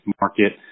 market